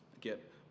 get